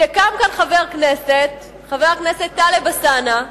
שקם כאן חבר כנסת, חבר הכנסת טלב אלסאנע,